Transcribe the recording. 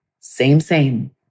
same-same